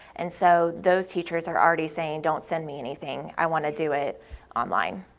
and so those teachers are already saying don't send me anything, i want to do it online.